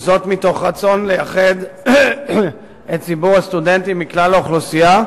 מתוך רצון לייחד את ציבור הסטודנטים מכלל האוכלוסייה,